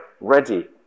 ready